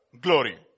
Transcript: glory